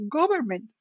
government